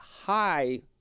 high